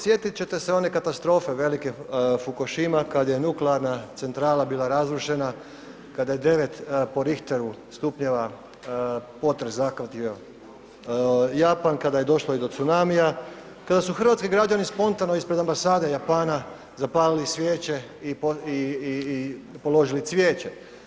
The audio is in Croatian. Sjetiti ćete se one katastrofe velike Fukushima kada je nuklearna centrala bila razrušena kada je 9 po richteru stupnjeva potres zahvatio Japan, kada je došlo i do tsunami, kada su hrvatski građani spontano ispred ambasade Japana zapalili svijeće i položili cvijeće.